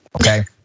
okay